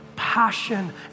Passion